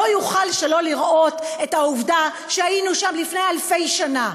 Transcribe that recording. לא יוכל שלא לראות את העובדה שהיינו שם לפני אלפי שנה.